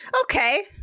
Okay